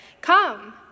come